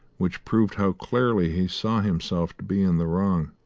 which proved how clearly he saw himself to be in the wrong.